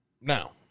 Now